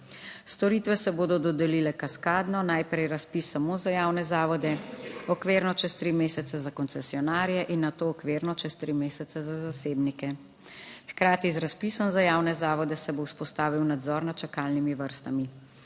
Storitve se bodo dodelile kaskadno, najprej razpis samo za javne zavode, okvirno čez tri mesece za koncesionarje in nato okvirno čez tri mesece za zasebnike. Hkrati z razpisom za javne zavode se bo vzpostavil nadzor nad čakalnimi vrstami.